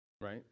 Right